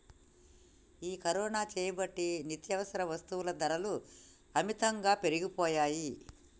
ఈ కరోనా సేయబట్టి నిత్యావసర వస్తుల ధరలు అమితంగా పెరిగిపోయాయి